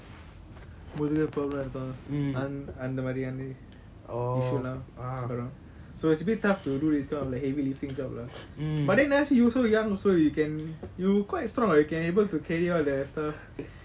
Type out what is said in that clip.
முதுகு:muthuku problem இருக்கும் அந்த மாறி அது:irukum antha maari athu issue லாம் அப்புறம்:lam apram so it's a bit tough to do this kind of like heavy lifting job lah but then now you also you so young you can you quite strong ah you can able to carry all the stuff shouldn't have problems also